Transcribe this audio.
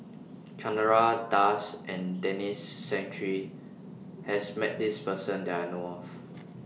Chandra Das and Denis Santry has Met This Person that I know of